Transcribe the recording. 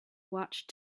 watched